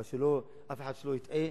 אבל שאף אחד לא יטעה,